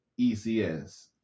ecs